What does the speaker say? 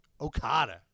Okada